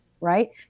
right